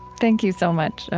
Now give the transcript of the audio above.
thank you so much,